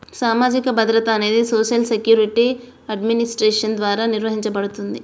సామాజిక భద్రత అనేది సోషల్ సెక్యూరిటీ అడ్మినిస్ట్రేషన్ ద్వారా నిర్వహించబడుతుంది